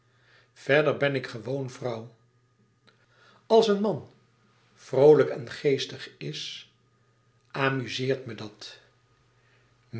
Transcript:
verder ben ik gewoon vrouw als een man vroolijk en geestig is amuzeert me dat